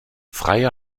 freie